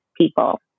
people